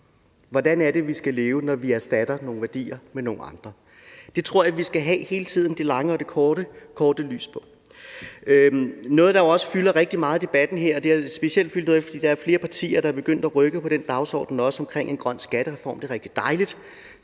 Hvordan skal vi leve, når vi erstatter nogle værdier med nogle andre? Det tror jeg vi hele tiden skal have det lange og det korte lys på. Noget, der jo også fylder rigtig meget i debatten her, har specielt fyldt noget, fordi flere partier er begyndt at rykke på den dagsorden med en grøn skattereform – det er rigtig dejligt,